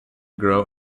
grow